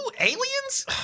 aliens